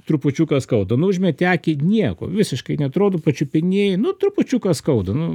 trupučiuką skauda nu užmeti akį nieko visiškai neatrodo pačiupinėji nu trupučiuką skauda nu